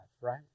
right